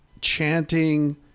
chanting